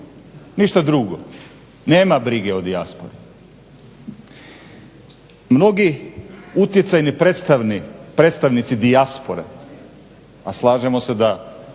Ništa drugo. Nema brige o dijaspori! Mnogi utjecajni predstavnici dijaspore, a slažemo se da